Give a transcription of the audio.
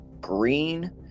green